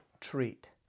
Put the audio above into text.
treat